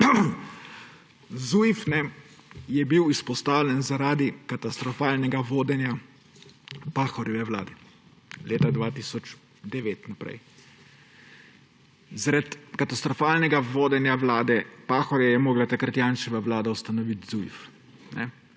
Zujf je bil vzpostavljen zaradi katastrofalnega vodenja Pahorjeve vlade leta 2009 naprej; zaradi katastrofalnega vodenja vlade Pahorja je morala takrat Janševa vlada ustanoviti Zujf,